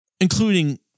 including